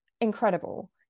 incredible